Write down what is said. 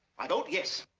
i vote yes.